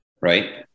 Right